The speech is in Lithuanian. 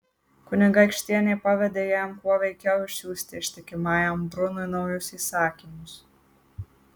kunigaikštienė pavedė jam kuo veikiau išsiųsti ištikimajam brunui naujus įsakymus